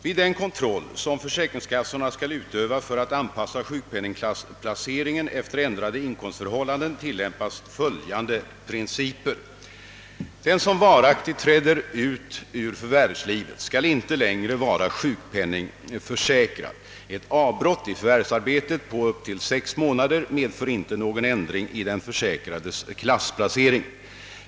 Vid den kontroll, som försäkringskassorna skall utöva för att anpassa sjukpenningklassplaceringen efter ändrade inkomstförhållanden, tillämpas följande principer. Den som varaktigt träder ut ur förvärvslivet skall inte längre vara sjukpenningförsäkrad. Ett avbrott i förvärvsarbetet på upp till sex månader medför inte någon ändring i den försäkrades klassplacering.